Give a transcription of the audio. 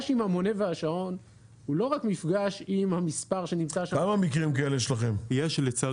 שתי הערות לגבי סעיף קטן (ג): 1. לגבי המועד של החזרת